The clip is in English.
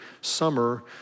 Summer